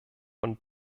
von